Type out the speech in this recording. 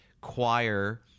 choir